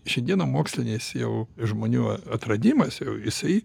šiandieną mokslinis jau žmonių a atradimas jau jisai